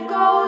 go